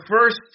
first